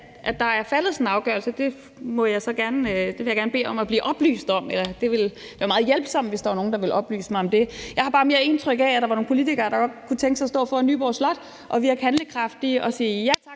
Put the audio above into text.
at der er faldet sådan en afgørelse, og det vil jeg så gerne bede om at blive oplyst om. Det ville være meget hjælpsomt, hvis der var nogen, der ville oplyse mig om det. Jeg har bare mere indtryk af, at der var nogle politikere, der godt kunne tænke sig at stå foran Nyborg Slot og virke handlekraftige og sige ja tak